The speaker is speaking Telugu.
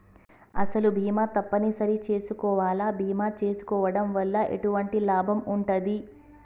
అసలు బీమా తప్పని సరి చేసుకోవాలా? బీమా చేసుకోవడం వల్ల ఎటువంటి లాభం ఉంటది?